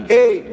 Hey